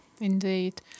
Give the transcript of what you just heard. Indeed